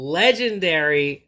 legendary